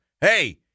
hey